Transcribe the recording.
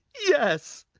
yes,